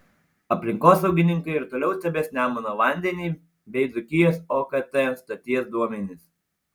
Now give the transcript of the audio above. aplinkosaugininkai ir toliau stebės nemuno vandenį bei dzūkijos okt stoties duomenis